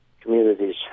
communities